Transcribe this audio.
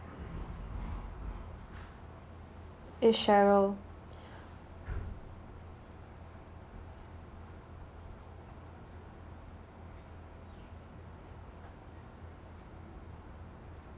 miss cheryl